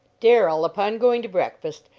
darrell, upon going to breakfast,